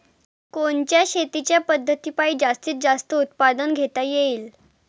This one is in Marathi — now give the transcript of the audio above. कोनच्या शेतीच्या पद्धतीपायी जास्तीत जास्त उत्पादन घेता येईल?